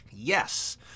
Yes